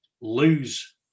lose